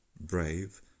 brave